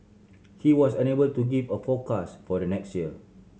he was unable to give a forecast for the next year